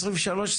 23,